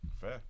Fair